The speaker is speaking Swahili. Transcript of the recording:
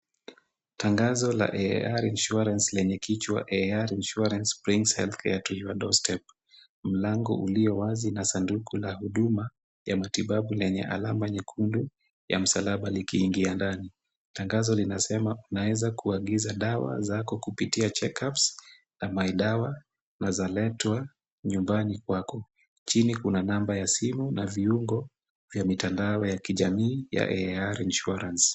Tangazo la AR Insurance lenye kichwa AR Insurance Brings Healthcare to your Doorstep . Mlango uliowazi na sanduku la huduma ya matibabu lenye alama nyekundu ya msalaba likiingia ndani. Tangazo linasema unaweza kuagiza dawa zako kupitia CheckUps na MyDawa na zaletwa nyumbani kwako. Chini kuna namba ya simu na viungo vya mitandao ya kijamii ya AR Insurance.